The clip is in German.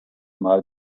mal